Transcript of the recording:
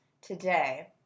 today